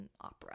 opera